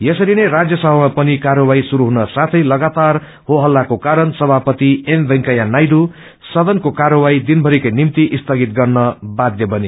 यसरी नै राज्यसभामा पनि कार्यवाही शुरू हुन साथै लगातार हो हल्लाको कारण सभापति एमवेकैया नायड्र सदनको कार्यवाही दिनभरिकै निम्ति स्थगित गर्न बाध्य बने